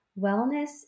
wellness